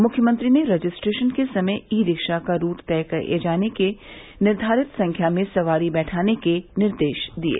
मुख्यमंत्री ने रजिस्ट्रेशन के समय ई रिक्शा का रूट तय किये जाने एवं निर्धारित संख्या में सवारी बैठाने के निर्देश दिये